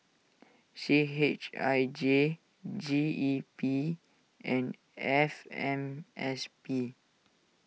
C H I J G E P and F M S P